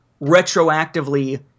retroactively